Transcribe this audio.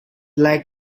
like